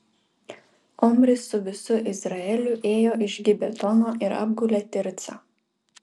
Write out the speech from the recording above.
omris su visu izraeliu ėjo iš gibetono ir apgulė tircą